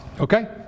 Okay